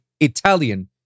Italian